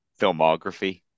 filmography